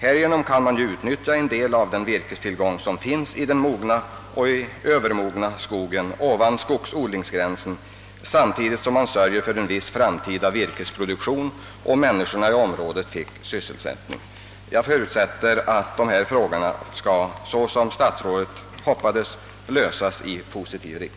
Härigenom kan man utnyttja en del av virkestillgången i den mogna och övermogna skogen ovan skogsodlingsgränsen, samtidigt som man sörjer för en viss framtida virkesproduktion och skapar sysselsättning åt människorna i området. Jag förutsätter att dessa frågor skall, såsom statsrådet hoppades, lösas på et positivt sätt.